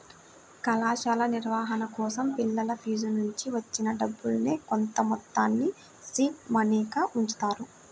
కళాశాల నిర్వహణ కోసం పిల్లల ఫీజునుంచి వచ్చిన డబ్బుల్నే కొంతమొత్తాన్ని సీడ్ మనీగా ఉంచుతారు